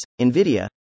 NVIDIA